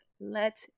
let